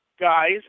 guys